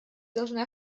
должна